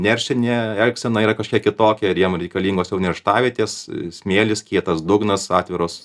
neršinė elgsena yra kažkiek kitokia ir jiem reikalingos jau nerštavietės smėlis kietas dugnas atviros